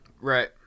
Right